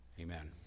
Amen